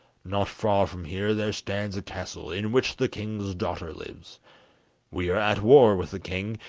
not far from here there stands a castle, in which the king's daughter lives we are at war with the king,